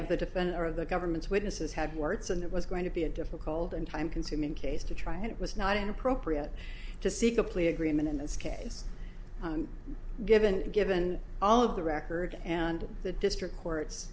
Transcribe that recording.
defense or the government's witnesses had words and it was going to be a difficult and time consuming case to try and it was not inappropriate to seek a plea agreement in this case given given all of the record and the district court